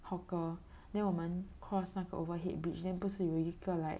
hawker then 我们 cross 那个 overhead bridge then 不是有一个